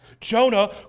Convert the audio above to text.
Jonah